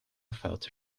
felt